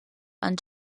and